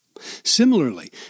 Similarly